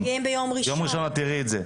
ביום ראשון את תראי את זה.